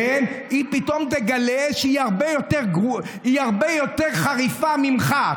היא פתאום תגלה שהיא הרבה יותר חריפה ממך.